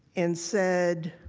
and said,